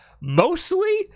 Mostly